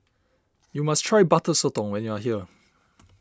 you must try Butter Sotong when you are here